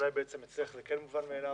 בעצם אולי אצלך זה כן מובן מאליו,